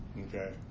okay